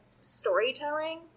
storytelling